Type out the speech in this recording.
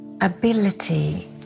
ability